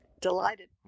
delighted